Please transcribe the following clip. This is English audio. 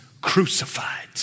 crucified